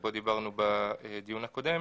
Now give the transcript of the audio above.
שבו דיברנו בדיון הקודם